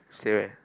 stay where